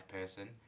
person